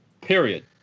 period